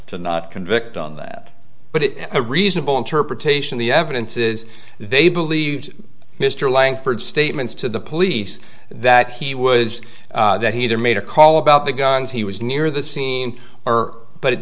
to not convict on that but it is a reasonable interpretation the evidence is they believed mr langford statements to the police that he was that he there made a call about the guns he was near the scene or but